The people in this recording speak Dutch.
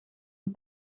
het